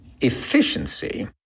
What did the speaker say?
efficiency